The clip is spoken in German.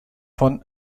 von